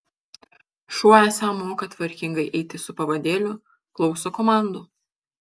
šuo esą moka tvarkingai eiti su pavadėliu klauso komandų